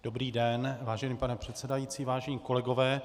Dobrý den, vážený pane předsedající, vážení kolegové.